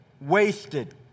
wasted